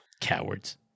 Cowards